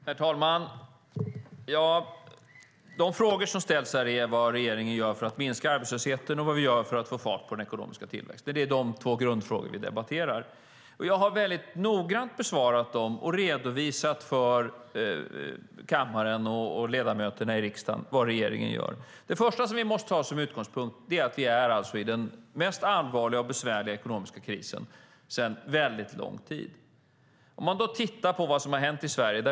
Herr talman! De frågor som ställts här är vad regeringen gör för att minska arbetslösheten och vad vi gör för att få fart på den ekonomiska tillväxten. Det är två grundfrågor vi debatterar. Jag har väldigt noggrant besvarat dem och redovisat för kammaren och ledamöterna i riksdagen vad regeringen gör. Det första som vi måste ta som utgångspunkt är att vi är i den mest allvarliga och besvärliga ekonomiska krisen sedan mycket lång tid. Vad är det som har hänt i Sverige?